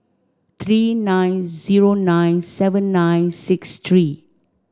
three nine zero nine seven nine six three